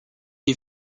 est